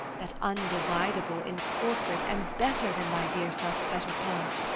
that, undividable, incorporate, am better than thy dear self's better part.